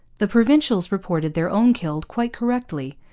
the provincials reported their own killed, quite correctly,